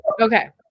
okay